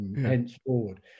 henceforward